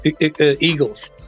Eagles